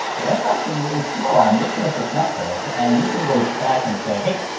right. website seems really slow. i'm looking at this metric and you can go back and say, hey,